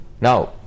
Now